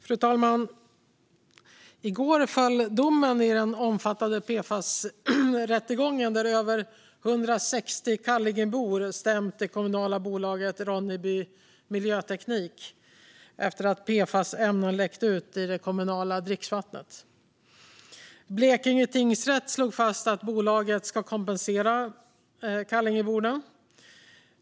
Fru talman! I går föll domen i den omfattande PFAS-rättegången, där över 160 Kallingebor stämt det kommunala bolaget Ronneby Miljöteknik efter att PFAS-ämnen läckt ut i det kommunala dricksvattnet. Blekinge tingsrätt slog fast att bolaget ska kompensera Kallingeborna.